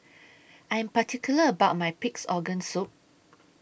I Am particular about My Pig'S Organ Soup